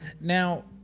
Now